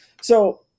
So-